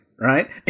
right